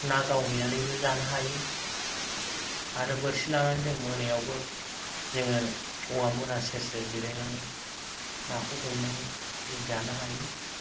ना गावहैनानैबो जानो हायो आरो बोरसि लानानै जों मोनायावबो जोंङो औवा मुरा सेर सेर जिरायनानै नाखौ हमनो हायो जों जानो हायो